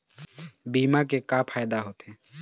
बीमा के का फायदा होते?